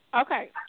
Okay